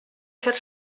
fer